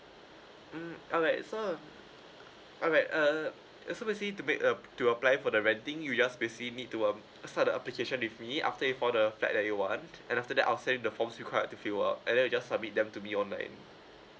mm alright so alright uh so basically to make uh to apply for the renting you just basically need to uh start the application with me after with all the flat that you want then after that I'll send the forms required to fill up and then you just submit them to me online